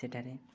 ସେଠାରେ